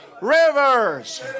rivers